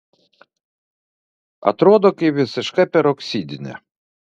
atrodo kaip visiška peroksidinė